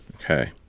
Okay